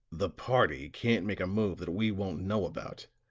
the party can't make a move that we won't know about